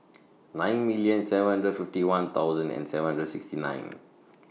nine million seven hundred fifty one thousand and seven hundred sixty nine